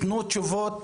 תנו תשובות,